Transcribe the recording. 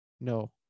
no